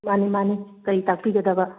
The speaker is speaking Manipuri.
ꯃꯥꯅꯤ ꯃꯥꯅꯤ ꯀꯔꯤ ꯇꯥꯛꯄꯤꯒꯗꯕ